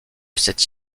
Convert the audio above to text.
cet